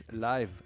live